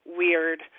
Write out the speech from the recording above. weird